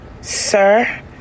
Sir